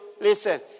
listen